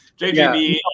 JJB